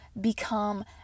become